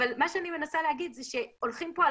אבל מה שאני מנסה להגיד הוא שהולכים פה על